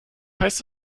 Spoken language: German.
heißt